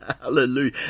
Hallelujah